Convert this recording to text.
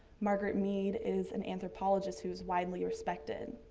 margaret mead is an anthropologist who is widely respected.